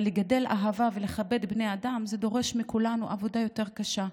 אבל לגדל אהבה ולכבד בני אדם זה דורש מכולנו עבודה יותר קשה.